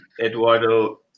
Eduardo